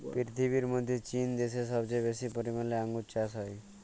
পীরথিবীর মধ্যে চীন দ্যাশে সবচেয়ে বেশি পরিমালে আঙ্গুর চাস হ্যয়